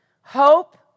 Hope